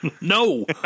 No